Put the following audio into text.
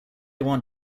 want